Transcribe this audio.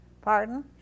Pardon